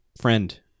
friend